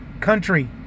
country